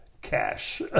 Cash